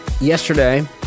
yesterday